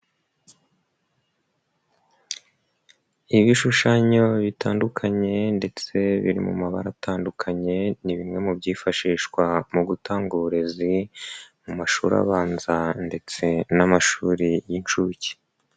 Ibishushanyo bitandukanye ndetse biri mu mabara atandukanye, ni bimwe mu byifashishwa mu gutanga uburezi mu mashuri abanza ndetse n'amashuri y'inshuke.